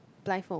blindfold